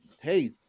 hey